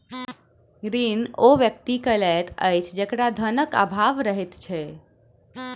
ऋण ओ व्यक्ति लैत अछि जकरा धनक आभाव रहैत छै